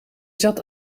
zat